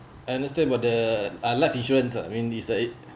understand about the uh life insurance uh I mean this uh it